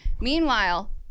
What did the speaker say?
Meanwhile